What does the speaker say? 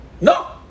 No